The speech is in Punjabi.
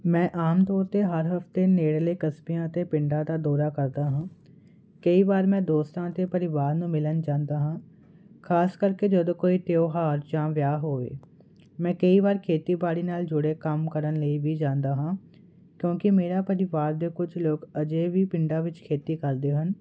ਮੈਂ ਆਮ ਤੌਰ 'ਤੇ ਹਰ ਹਫ਼ਤੇ ਨੇੜਲੇ ਕਸਬਿਆਂ ਅਤੇ ਪਿੰਡਾਂ ਦਾ ਦੌਰਾ ਕਰਦਾ ਹਾਂ ਕਈ ਵਾਰ ਮੈਂ ਦੋਸਤਾਂ ਅਤੇ ਪਰਿਵਾਰ ਨੂੰ ਮਿਲਣ ਜਾਂਦਾ ਹਾਂ ਖ਼ਾਸ ਕਰਕੇ ਜਦੋਂ ਕੋਈ ਤਿਉਹਾਰ ਜਾਂ ਵਿਆਹ ਹੋਵੇ ਮੈਂ ਕਈ ਵਾਰ ਖੇਤੀਬਾੜੀ ਨਾਲ ਜੁੜੇ ਕੰਮ ਕਰਨ ਲਈ ਵੀ ਜਾਂਦਾ ਹਾਂ ਕਿਉਂਕਿ ਮੇਰਾ ਪਰਿਵਾਰ ਦੇ ਕੁਝ ਲੋਕ ਅਜਿਹੇ ਵੀ ਪਿੰਡਾਂ ਵਿੱਚ ਖੇਤੀ ਕਰਦੇ ਹਨ